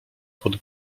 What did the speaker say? pod